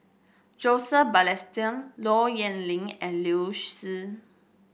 Joseph Balestier Low Yen Ling and Liu Si